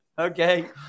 Okay